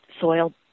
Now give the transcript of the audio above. soil